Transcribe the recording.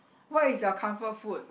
what is your comfort food